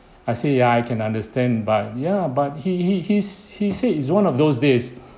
I say ya I can understand but ya but he he he's he said is one of those days